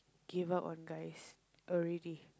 give up on guys already